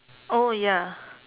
oh ya